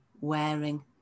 wearing